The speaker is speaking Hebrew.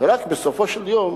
ורק בסופו של יום